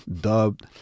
dubbed